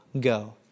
go